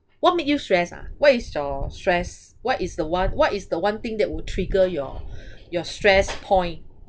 what make you stress ah what is your stress what is the one what is the one thing that will trigger your your stress point